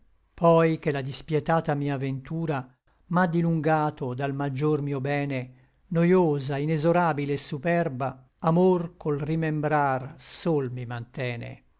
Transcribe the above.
poi che la dispietata mia ventura m'à dilungato dal maggior mio bene noiosa inexorabile et superba amor col rimembrar sol mi mantene